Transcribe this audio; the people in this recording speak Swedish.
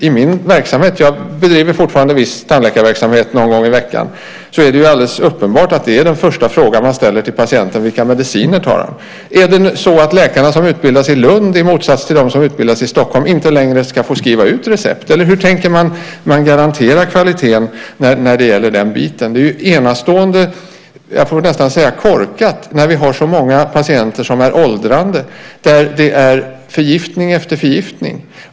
I min verksamhet - jag bedriver fortfarande viss tandläkarverksamhet någon gång i veckan - är det alldeles uppenbart att den första frågan man ställer till patienten är vilka mediciner han tar. Är det så att läkarna som utbildas i Lund i motsats till dem som utbildas i Stockholm inte längre ska få skriva ut recept? Eller hur tänker man garantera kvaliteten när det gäller den biten? Det är enastående, jag får nästan säga korkat, när vi har så många åldrade patienter med förgiftning efter förgiftning.